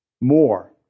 more